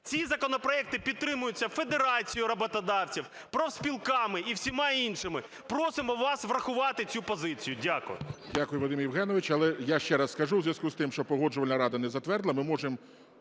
Ці законопроекти підтримуються Федерацією роботодавців, профспілками і всіма іншими. Просимо вас врахувати цю позицію. Дякую.